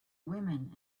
women